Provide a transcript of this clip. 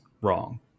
wrong